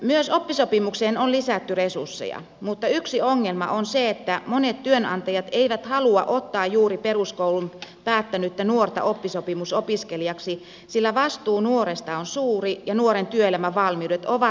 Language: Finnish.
myös oppisopimukseen on lisätty resursseja mutta yksi ongelma on se että monet työnantajat eivät halua ottaa juuri peruskoulun päättänyttä nuorta oppisopimusopiskelijaksi sillä vastuu nuoresta on suuri ja nuoren työelämävalmiudet ovat usein heikot